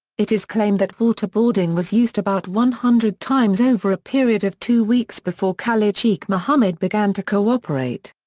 it is claimed that waterboarding was used about one hundred times over a period of two weeks before khalid sheikh mohammed began to cooperate.